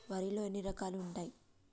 వరిలో ఎన్ని రకాలు ఉంటాయి?